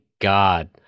God